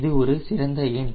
இது ஒரு சிறந்த எண்